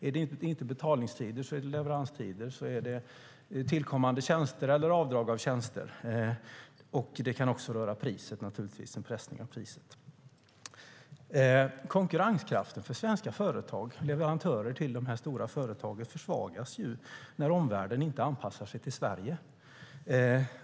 Om det inte gäller betalningstider är det leveranstider, tillkommande tjänster eller avdrag av tjänster. Det kan naturligtvis också röra en pressning av priset. Konkurrenskraften för svenska företag - leverantörer till de stora företagen - försvagas när omvärlden inte anpassar sig till Sverige.